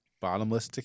Bottomless